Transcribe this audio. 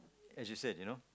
as you said you know